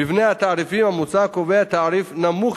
מבנה התעריפים המוצע קובע תעריף נמוך